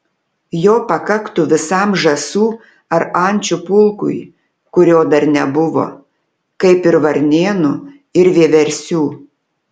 jo pakaktų visam žąsų ar ančių pulkui kurio dar nebuvo kaip ir varnėnų ir vieversių